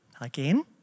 again